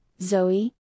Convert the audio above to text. Zoe